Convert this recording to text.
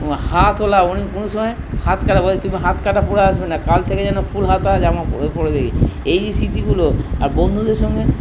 হাতওয়ালা উনি কোনো সময় হাত কাটা পরে তুমি হাত কাটা পরে আসবে না কাল থেকে যেন ফুল হাতা জামা পরে দেখি এই স্মৃতিগুলো আর বন্ধুদের সঙ্গে